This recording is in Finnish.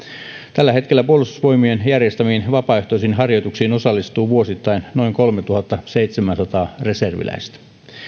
tällä hetkellä puolustusvoimien järjestämiin vapaaehtoisiin harjoituksiin osallistuu vuosittain noin kolmestatuhannestaseitsemästäsadasta reserviläistä